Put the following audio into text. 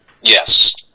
Yes